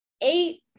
eight